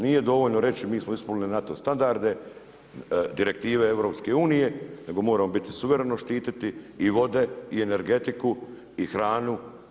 Nije dovoljno reći mi smo ispunili NATO standarde, direktive EU, nego moramo biti, suvereno štititi i vode i energetiku i hranu.